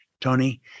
Tony